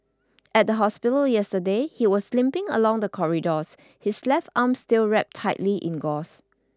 at the hospital yesterday he was limping along the corridors his left arm still wrapped tightly in gauze